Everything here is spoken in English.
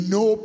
no